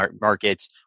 markets